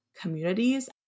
communities